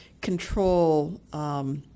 control